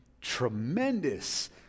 tremendous